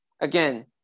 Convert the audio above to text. again